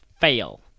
Fail